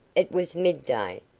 it was mid-day,